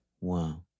Wow